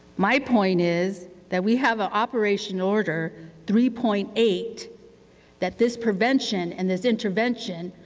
my point is that we have an operation order three point eight that this prevention and this intervention